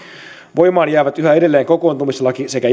voimaan jäävät yhä edelleen kokoontumislaki sekä